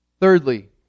Thirdly